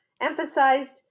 emphasized